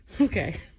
okay